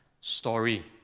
story